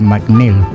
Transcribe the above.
McNeil